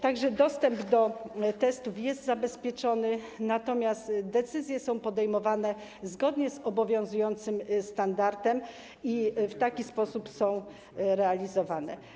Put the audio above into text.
Tak że dostęp do testów jest zabezpieczony, natomiast decyzje są podejmowanie zgodnie z obowiązującym standardem i w taki sposób są realizowane.